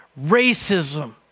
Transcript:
racism